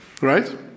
right